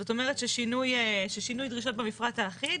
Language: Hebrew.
זאת אומרת ששינוי דרישות במפרט האחיד